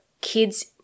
kids